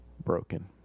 broken